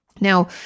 Now